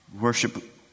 worship